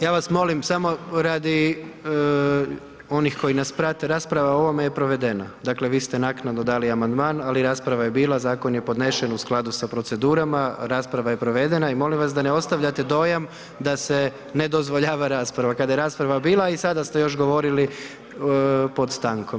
Ja vas molim samo radi onih koji nas prate, rasprava o ovome je provedena, dakle vi ste naknadno dali amandman, ali rasprava je bila, zakon je podnesen u skladu sa procedurama, rasprava je provedena i molim vas da ne ostavljate dojam da se ne dozvoljava rasprava, kada je rasprava bila i sada ste još govorili pod stankom.